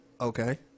okay